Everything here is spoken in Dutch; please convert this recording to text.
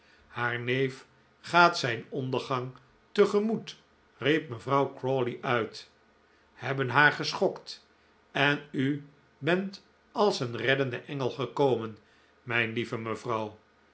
haar neef gaat zijn ondergang tegemoet riep mevrouw crawley uit hebben haar geschokt en u bent als een reddende engel gekomen mijn lieve mevrouw